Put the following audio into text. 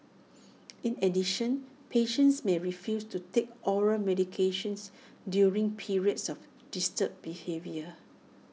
in addition patients may refuse to take oral medications during periods of disturbed behaviour